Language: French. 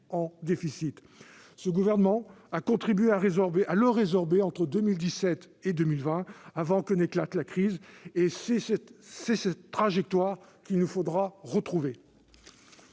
Ce gouvernement a contribué à le résorber entre 2017 et 2020, avant que n'éclate la crise. C'est cette trajectoire qu'il nous faudra retrouver.